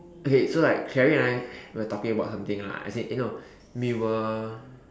okay so like Clarie and I we were talking about something lah as in eh no we were